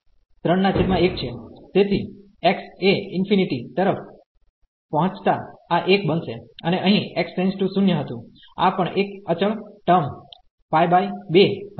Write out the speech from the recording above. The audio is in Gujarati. તેથી x એ ઇન્ફિનિટી તરફ પહોંચતા આ 1 બનશે અને અહીં x→0 હતુંઆ પણ એક અચળ ટર્મ 2 હશે